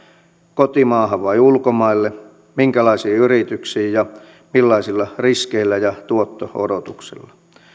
kotimaahan vai ulkomaille minkälaisiin yrityksiin ja millaisilla riskeillä ja tuotto odotuksilla